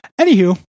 Anywho